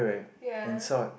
ya